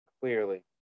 clearly